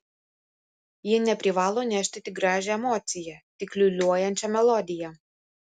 ji neprivalo nešti tik gražią emociją tik liūliuojančią melodiją